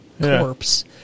corpse